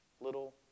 little